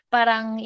Parang